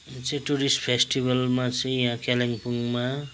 यहाँ चाहिँ टुरिस्ट फेस्टिभलमा चाहिँ यहाँ कालिम्पोङमा